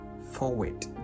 forward